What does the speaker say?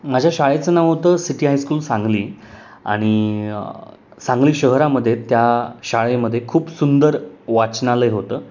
माझ्या शाळेचं नाव होतं सिटी हायस्कूल सांगली आणि सांगली शहरामध्ये त्या शाळेमध्ये खूप सुंदर वाचनालय होतं